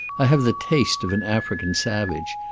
i have the taste of an african savage.